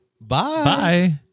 bye